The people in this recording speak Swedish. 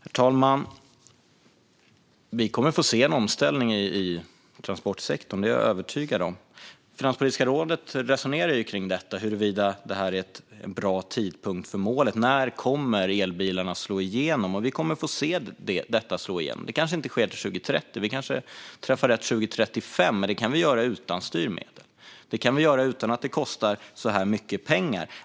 Herr talman! Vi kommer att få se en omställning i transportsektorn; det är jag övertygad om. Finanspolitiska rådet resonerar kring huruvida detta är en bra tidpunkt för målet. När kommer elbilen att slå igenom? Vi kommer att få se detta slå igenom. Det kanske inte sker till 2030. Vi kanske träffar rätt 2035. Men det kan vi göra utan styrmedel. Det kan vi göra utan att det kostar så här mycket pengar.